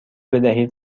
بدهید